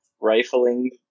rifling